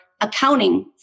accounting